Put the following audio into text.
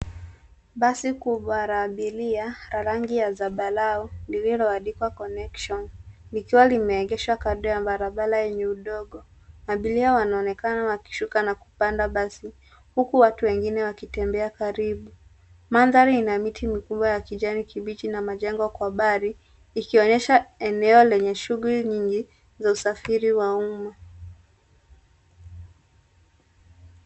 Basi kubwa la abiria la rangi ya zambarau lililoandikwa connection likiwa limeegeshwa kando ya barabara yenye udogo. Abiria wanaonekana wakishuka na kupanda basi huku watu wengine wakitembea karibu. Mandhari ina miti mikubwa ya kijani kibichi na majengo kwa mbali ikionyesha eneo lenye shughuli nyingi za usafiri wa umma.